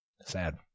Sad